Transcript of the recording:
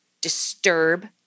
disturb